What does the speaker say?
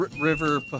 River